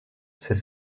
ces